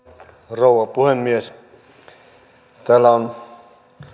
rouva puhemies täällä on